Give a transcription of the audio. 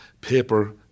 paper